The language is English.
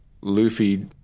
Luffy